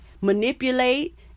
manipulate